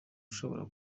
ushobora